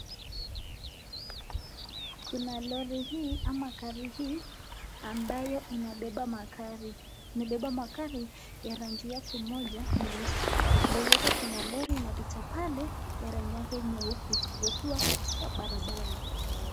Kuna lori hii ama gari hii ambayo inabeba magari, inabeba magari ya rangi yake moja nyeusi. Mbele yake kuna lori inapita pale na rangi yake nyeupe wakiwa katika barabara.